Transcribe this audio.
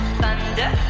thunder